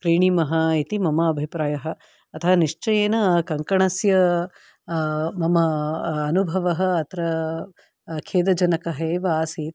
क्रीणीमः इति मम अभिप्रायः अतः निश्चयेन कङ्कणस्य मम अनुभवः अत्र खेदजनकः एव आसीत्